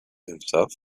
himself